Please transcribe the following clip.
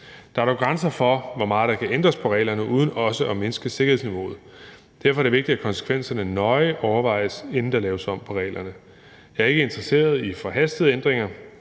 Der er dog grænser for, hvor meget der kan ændres på reglerne uden også at mindske sikkerhedsniveauet. Derfor er det vigtigt, at konsekvenserne nøje overvejes, inden der laves om på reglerne. Jeg er ikke interesseret i forhastede ændringer,